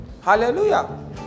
Hallelujah